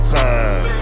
time